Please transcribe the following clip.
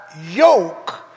yoke